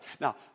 Now